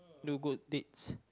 do good deeds